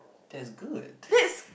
that's good